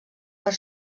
per